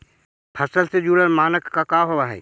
फसल से जुड़ल मानक का का होव हइ?